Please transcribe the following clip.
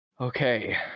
Okay